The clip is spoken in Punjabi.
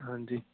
ਹਾਂਜੀ